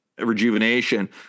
Rejuvenation